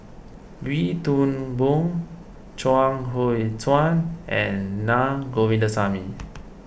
Wee Toon Boon Chuang Hui Tsuan and Naa Govindasamy